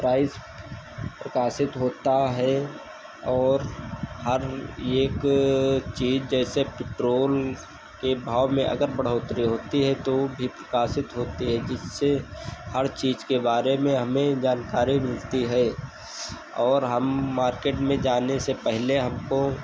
price प्रकाशित होता है और हर एक चीज़ जैसे पेट्रोल के भाव में अगर बढ़ोत्तरी होती है तो वह भी प्रकाशित होती है जिससे हर चीज़ के बारे में हमें जानकारी मिलती है और हम मार्केट में जाने से पहले हमको